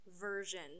version